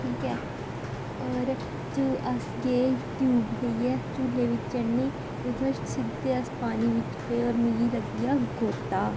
ठीक ऐ होर झू अस गे ट्यूब लेइयै झूले बिच्च चढ़ने गी उत्थूं सिद्धे अस पानी बिच्च पे होर मिगी लग्गी गेआ गोत्ता